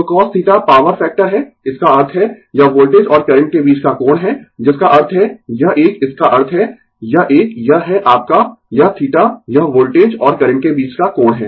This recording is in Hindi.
तो cos θ पॉवर फैक्टर है इसका अर्थ है यह वोल्टेज और करंट के बीच का कोण है जिसका अर्थ है यह एक इसका अर्थ है यह एक यह है आपका यह θ यह वोल्टेज और करंट के बीच का कोण है